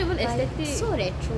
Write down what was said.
but it's so retro